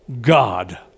God